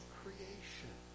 creation